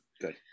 Good